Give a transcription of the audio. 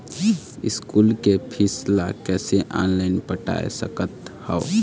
School के फीस ला कैसे ऑनलाइन पटाए सकत हव?